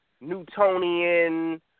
Newtonian